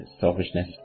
Selfishness